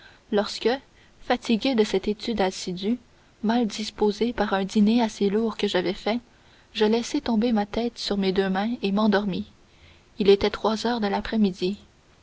lorsque fatigué de cette étude assidue mal disposé par un dîner assez lourd quel j'avais fait je laissai tomber ma tête sur mes deux mains et m'endormis il était trois heures de l'après-midi